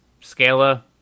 Scala